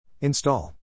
Install